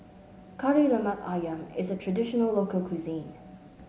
Kari Lemak ayam is a traditional local cuisine